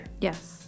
Yes